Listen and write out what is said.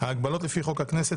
ההגבלות לפי חוק הכנסת,